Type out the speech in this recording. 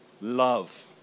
love